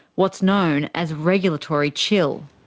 what's known as regulatory chill.